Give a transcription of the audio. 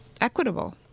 equitable